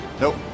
Nope